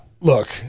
look